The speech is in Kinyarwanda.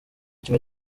kimwe